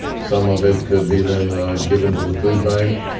some of it could be then given to the food bank,